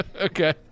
Okay